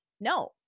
No